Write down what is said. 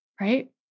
right